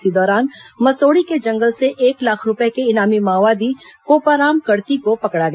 इसी दौरान मसोड़ी के जंगल से एक लाख रूपये के इनामी माओवादी कोपाराम कड़ती को पकड़ा गया